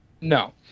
No